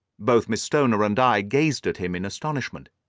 both miss stoner and i gazed at him in astonishment.